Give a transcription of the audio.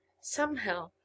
Somehow